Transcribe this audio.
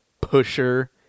pusher